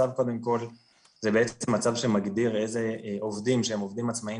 הצו קודם כל זה הצו שמגדיר איזה עובדים שהם עובדים עצמאיים